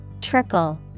Trickle